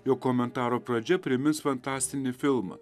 jo komentaro pradžia primins fantastinį filmą